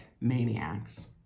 maniacs